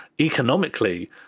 economically